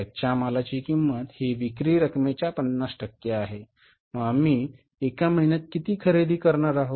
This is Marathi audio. कच्च्या मालाची किंमत ही विक्री रकमेच्या 50 टक्के आहे मग आम्ही एका महिन्यात किती खरेदी करणार आहोत